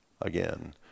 again